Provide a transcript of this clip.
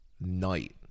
night